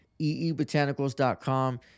eebotanicals.com